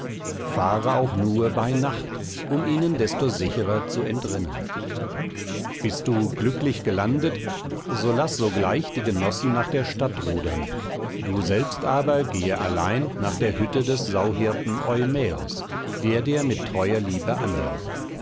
fahre auch nur bei nacht um ihnen desto sicherer zu entrinnen bist du glücklich gelandet so laß sogleich die genossen nach der stadt rudern du selbst aber gehe allein nach der hütte des sauhirten eumäos der dir mit treuer liebe anhängt